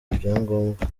ibyangombwa